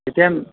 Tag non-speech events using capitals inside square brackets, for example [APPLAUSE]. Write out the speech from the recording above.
এতিয়া [UNINTELLIGIBLE]